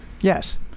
yes